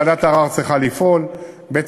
ועדת הערר צריכה לפעול, ב.